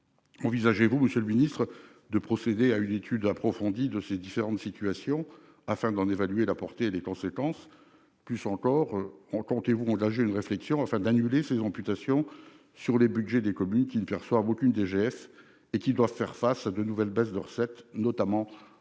Envisagez-vous de procéder à une étude approfondie de ces différentes situations, afin d'en évaluer la portée et les conséquences ? Plus encore, comptez-vous engager une réflexion afin d'annuler ces amputations sur les budgets des communes qui ne perçoivent aucune DGF et qui doivent faire face à de nouvelles baisses de recettes, notamment lorsqu'elles